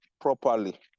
properly